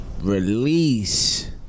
release